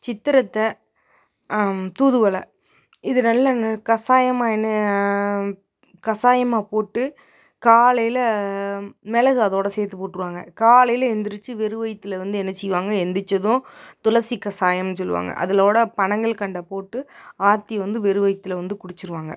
சித்திரத்தை தூதுவளை இது நல்ல கசாயமாக என்ன கசாயமாக போட்டு காலையில் மிளகு அதோடு சேர்த்து போட்டிருவாங்க காலையில் எந்துரிச்சி வெறும் வயித்தில் என்ன செய்வாங்க எந்திருச்சதும் துளசி கசாயம்னு சொல்லுவாங்க அதுவோட பனங்கல்கண்டை போட்டு ஆற்றி வந்து வெறும் வயித்தில் வந்து குடித்திருவாங்க